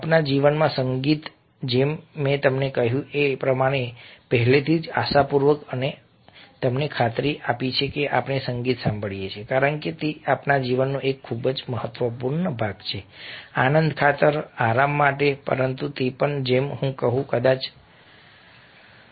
આપણા જીવનમાં સંગીત જેમ મેં તમને કહ્યું તેમ મેં પહેલેથી જ આશાપૂર્વક તમને ખાતરી આપી છે કે આપણે સંગીત સાંભળીએ છીએ કારણ કે તે આપણા જીવનનો એક ખૂબ જ મહત્વપૂર્ણ ભાગ છે આનંદ ખાતર આરામ માટે પરંતુ તે પણ જેમ કે હું કદાચ રહ્યો છું